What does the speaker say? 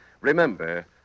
Remember